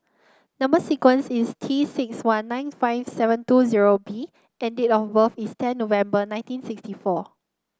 number sequence is T six one nine five seven two zero B and date of birth is ten November nineteen sixty four